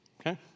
okay